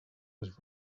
was